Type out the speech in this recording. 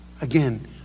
Again